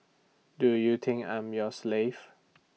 do you think I'm your slave